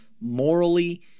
morally